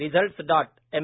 result dot M